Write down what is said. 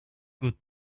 good